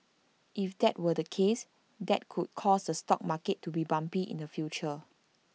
if that were the case that could cause the stock market to be bumpy in the future